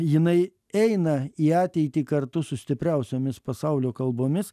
jinai eina į ateitį kartu su stipriausiomis pasaulio kalbomis